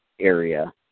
area